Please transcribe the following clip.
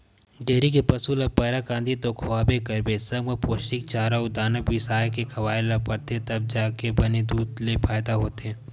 dairy के पसू ल पैरा, कांदी तो खवाबे करबे संग म पोस्टिक चारा अउ दाना बिसाके खवाए ल परथे तब जाके बने दूद ले फायदा होथे